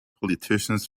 politicians